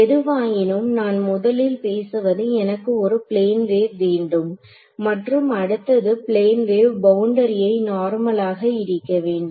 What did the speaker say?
எதுவாயினும் நான் முதலில் பேசுவது எனக்கு ஒரு பிளேன் வேவ் வேண்டும் மற்றும் அடுத்தது பிளேன் வேவ் பவுண்டரியை நார்மலாக இடிக்க வேண்டும்